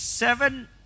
Seven